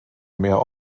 mehr